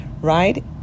right